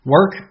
Work